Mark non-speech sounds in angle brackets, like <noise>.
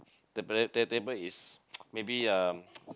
the the table is <noise> maybe uh <noise>